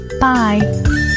bye